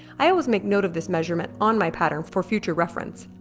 i always make note of this measurement on my pattern for future reference